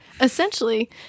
Essentially